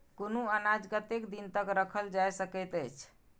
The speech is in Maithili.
कुनू अनाज कतेक दिन तक रखल जाई सकऐत छै?